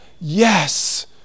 Yes